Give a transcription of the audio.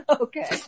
Okay